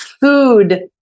food